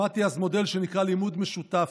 למדתי אז מודל שנקרא לימוד משותף,